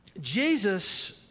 Jesus